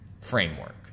framework